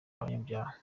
abanyabyaha